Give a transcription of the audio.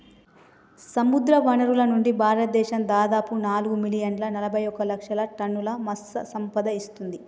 సముద్రవనరుల నుండి, భారతదేశం దాదాపు నాలుగు మిలియన్ల నలబైఒక లక్షల టన్నుల మత్ససంపద ఇస్తుంది